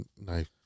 knife